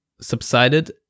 subsided